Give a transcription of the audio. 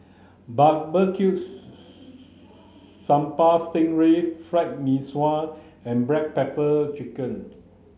barbecue sambal sting ray fried Mee Sua and black pepper chicken